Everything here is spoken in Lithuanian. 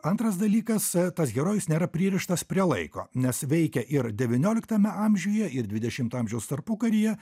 antras dalykas tas herojus nėra pririštas prie laiko nes veikia ir devynioliktame amžiuje ir dvidešimto amžiaus tarpukaryje